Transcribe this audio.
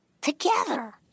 Together